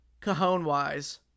Cajon-wise